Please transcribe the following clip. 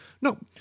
No